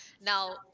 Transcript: Now